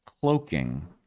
cloaking